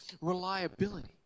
reliability